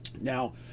Now